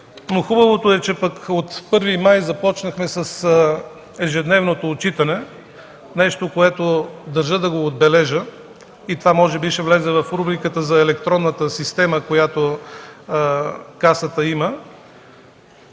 Хубавото е, че от 1 май започнахме с ежедневното отчитане – нещо, което държа да отбележа и това може би ще влезе в рубриката за електронната система, която Касата има.